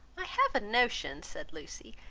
i have a notion, said lucy,